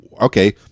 okay